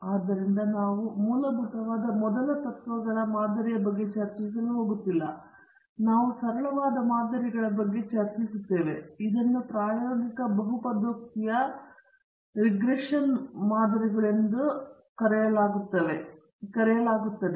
ಆದ್ದರಿಂದ ನಾವು ಮೂಲಭೂತವಾದ ಮೊದಲ ತತ್ವಗಳ ಮಾದರಿಯ ಬಗ್ಗೆ ಚರ್ಚಿಸಲು ಹೋಗುತ್ತಿಲ್ಲ ನಾವು ಸರಳವಾದ ಮಾದರಿಗಳ ಬಗ್ಗೆ ಚರ್ಚಿಸುತ್ತೇವೆ ಇದನ್ನು ಪ್ರಾಯೋಗಿಕ ಬಹುಪದೋಕ್ತಿಯ ರಿಗ್ರೆಷನ್ ಮಾದರಿಗಳು ಎಂದು ಕರೆಯಲಾಗುತ್ತದೆ